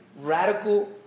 Radical